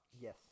Yes